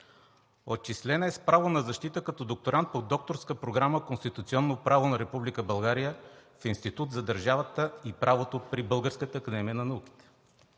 Отчислена е с право на защита като докторант по докторска програма „Конституционно право на Република България“ в Институт за държавата и правото при Българската академия на науките.